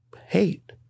hate